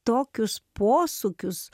tokius posūkius